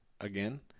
again